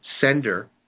sender